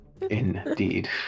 Indeed